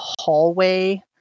hallway